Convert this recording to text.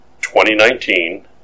2019